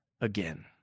again